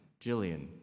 Jillian